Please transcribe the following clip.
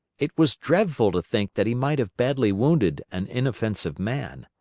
it was dreadful to think that he might have badly wounded an inoffensive man.